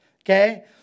Okay